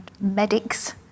medics